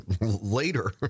later